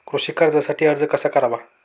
कृषी कर्जासाठी अर्ज कसा करावा?